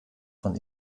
von